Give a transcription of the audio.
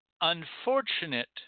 unfortunate